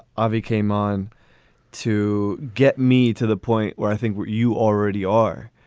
ivy came on to get me to the point where i think you already are.